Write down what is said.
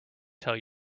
tell